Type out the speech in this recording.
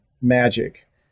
magic